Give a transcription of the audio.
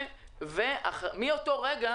מאותו רגע,